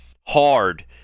hard